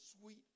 sweet